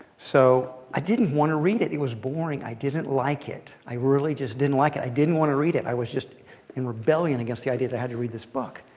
so i didn't want to read it. it was boring. i didn't like it. i really just didn't like it. i didn't want to read it. i was just in rebellion against the idea that i had to read this book.